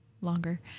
longer